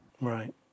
Right